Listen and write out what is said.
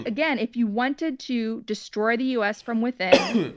again, if you wanted to destroy the us from within,